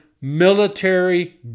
military